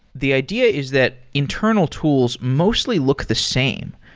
the idea is that internal tools mostly look the same.